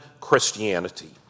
Christianity